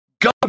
go